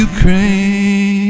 Ukraine